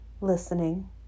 Listening